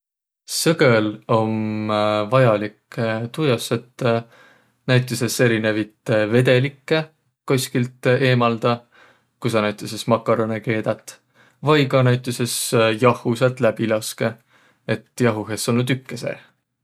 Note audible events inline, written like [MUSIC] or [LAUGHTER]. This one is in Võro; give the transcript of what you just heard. Sõgõl om vajalik [HESITATION] tuu jaos, et näütüses erinevit vedelikke koskilt eemaldaq, ku saq näütüses makaronõ keedät. Vai ka näütüses jahhu säält läbi laskõq, et jahuh es olnuq tükke seeh.